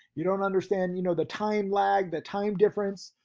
you don't understand, you know, the time lag, the time difference.